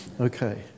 Okay